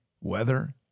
weather